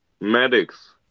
medics